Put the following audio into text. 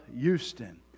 Houston